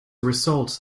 result